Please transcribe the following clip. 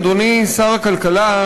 אדוני שר הכלכלה,